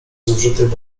zużytych